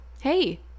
hey